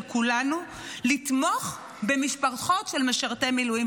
כולנו לתמוך במשפחות של משרתי מילואים.